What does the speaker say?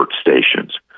stations